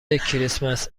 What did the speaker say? کریسمس